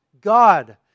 God